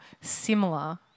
similar